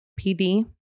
PD